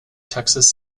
texas